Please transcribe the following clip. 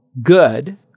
good –